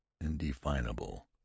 indefinable